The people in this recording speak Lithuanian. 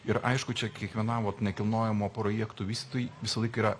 ir aišku čia kiekvienam vat nekilnojamo projektų vistojui visąlaik yra